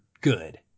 good